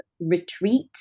retreat